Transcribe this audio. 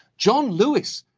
john lewis.